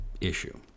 issue